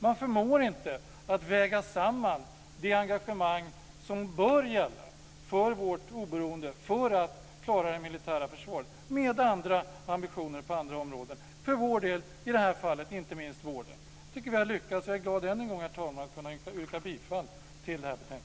Man förmår inte väga samman det engagemang som bör gälla för vårt oberoende, för att klara det militära försvaret, med andra ambitioner, på andra områden. För vår del, i det här fallet, inte minst vården. Jag tycker att vi har lyckats. Jag är än en gång, herr talman, glad att kunna yrka bifall till hemställan i detta betänkande.